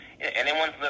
anyone's